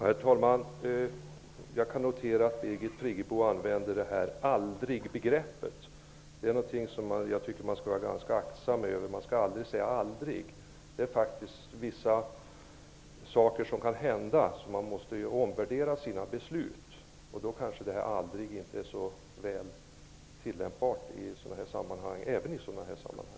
Herr talman! Jag noterar att Birgit Friggebo använder begreppet aldrig. Jag tycker att man skall vara aktsam och aldrig säga aldrig. Saker kan hända som gör att man måste omvärdera sina beslut. Då kanske aldrig inte är så väl tillämpbart ens i sådana sammanhang.